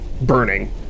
burning